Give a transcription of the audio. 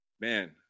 man